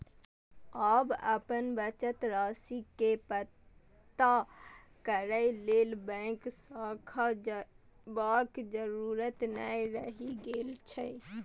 आब अपन बचत राशि के पता करै लेल बैंक शाखा जयबाक जरूरत नै रहि गेल छै